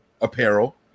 apparel